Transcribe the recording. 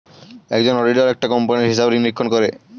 একজন অডিটর একটা কোম্পানির হিসাব নিরীক্ষণ করেন